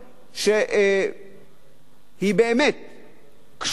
היא באמת קשובה,